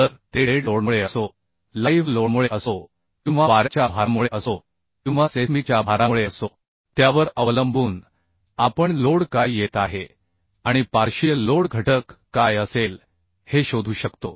तर ते डेड लोडमुळे असो लाईव्ह लोडमुळे असो किंवा वाऱ्याच्या भारामुळे असो किंवा सेस्मिक च्या भारामुळे असो त्यावर अवलंबून आपण लोड काय येत आहे आणि पार्शियल लोड घटक काय असेल हे शोधू शकतो